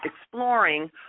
exploring